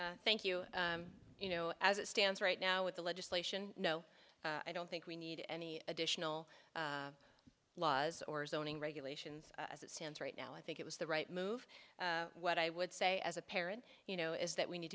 trina thank you you know as it stands right now with the legislation no i don't think we need any additional laws or zoning regulations as it stands right now i think it was the right move what i would say as a parent you know is that we need